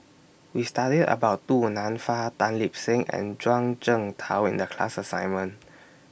We studied about Du Nanfa Tan Lip Seng and Zhuang Shengtao in The class assignment